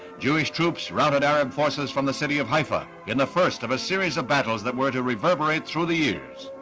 jewish troops routed arab forces from the city of haifa in the first of a series of battles that were to reverberate through the years.